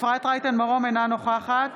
מרום, אינה נוכחת